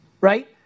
Right